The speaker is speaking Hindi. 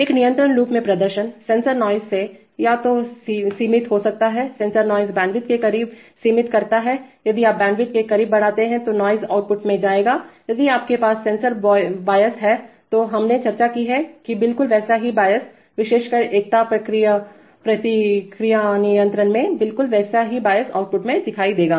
एक नियंत्रण लूप में प्रदर्शन सेंसर नॉइज़ से या तो सीमित हो सकता है सेंसर नॉइज़ बैंडविड्थ के करीब सीमित करता है यदि आप बैंडविड्थ के करीब बढ़ाते हैं तो नॉइज़ आउटपुट में जाएगायदि आपके पास सेंसर बायस हैतो हमने चर्चा की है कीबिल्कुल वैसा ही बायस विशेषकर एकता प्रतिक्रिया नियंत्रण मेंबिल्कुल वैसा ही बायस आउटपुट में दिखाई देगा